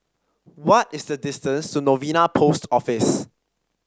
what is the distance to Novena Post Office